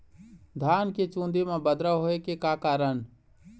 धान के चुन्दी मा बदरा होय के का कारण?